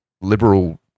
liberal